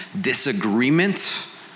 disagreement